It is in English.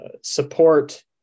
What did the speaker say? support